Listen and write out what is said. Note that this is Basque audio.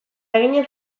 eginez